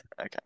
Okay